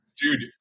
Dude